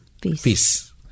peace